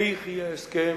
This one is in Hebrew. איך יהיה הסכם?